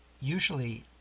usually